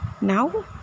Now